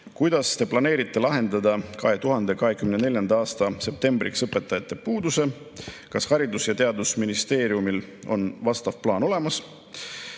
Kuidas te planeerite lahendada 2024. aasta septembriks õpetajate puuduse? Kas Haridus- ja Teadusministeeriumil on vastav plaan olemas?